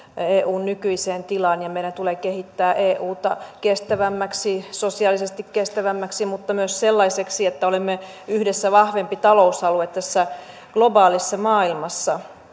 eun nykyiseen tilaan ja meidän tulee kehittää euta kestävämmäksi sosiaalisesti kestävämmäksi mutta myös sellaiseksi että olemme yhdessä vahvempi talousalue tässä globaalissa maailmassa